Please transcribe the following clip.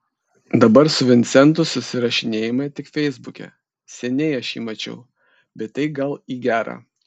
dabar su vincentu susirašinėjame tik feisbuke seniai aš jį mačiau bet tai gal į gera